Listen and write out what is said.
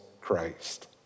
Christ